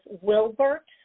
Wilbert